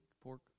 pork